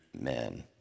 men